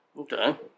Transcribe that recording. Okay